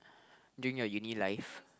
during your uni life